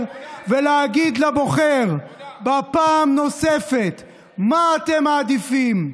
ולהגיד לבוחר פעם נוספת: מה אתם מעדיפים,